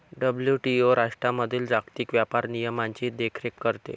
WTO राष्ट्रांमधील जागतिक व्यापार नियमांची देखरेख करते